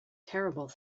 terrible